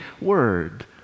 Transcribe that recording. word